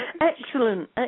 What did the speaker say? excellent